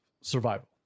survival